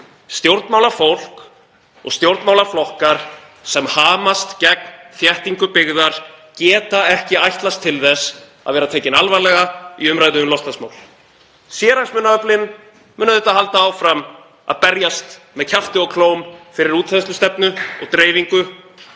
Stjórnmálafólk og stjórnmálaflokkar sem hamast gegn þéttingu byggðar geta ekki ætlast til þess að vera teknir alvarlega í umræðu um loftslagsmál. Sérhagsmunaöflin munu auðvitað halda áfram að berjast með kjafti og klóm fyrir útþenslustefnu og dreifingu,